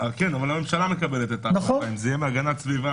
הממשלה מקבלת את ההחלטה אם זה יהיה מהגנת סביבה,